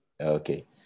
Okay